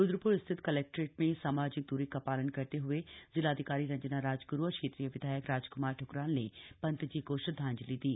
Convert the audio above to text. रुद्र र स्थित कलेक्ट्रेट में सामाजिक द्री का ालन करते हए जिलाधिकारी रंजना राजग्रू और क्षेत्रीय विधायक राजक्मार ठुकराल ने संतजी को श्रदधांजलि दी